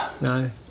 No